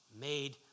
made